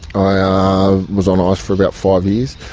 i was on ice for about five years,